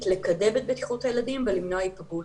לקדם את בטיחות הילדים ולמנוע היפגעות.